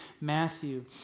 Matthew